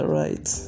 right